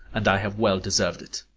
and i have well deserv'd it.